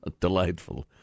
delightful